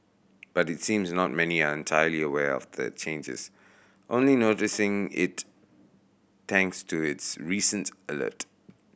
but it seems not many are entirely aware of the changes only noticing it thanks to this recent alert